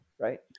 right